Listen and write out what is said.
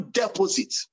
deposit